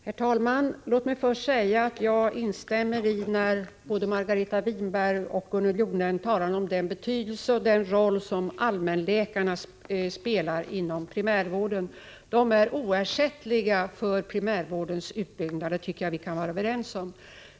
Herr talman! Låt mig först säga att jag instämmer i det som både Margareta Winberg och Gunnel Jonäng sade om betydelsen av den roll allmänläkarna spelar inom primärvården. De är oersättliga för primärvårdens utbyggnad. Det tycker jag vi kan vara överens om.